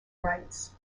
rights